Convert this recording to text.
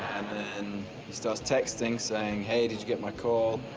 then starts texting saying hey, did you get my call.